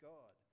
God